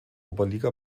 oberliga